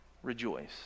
rejoice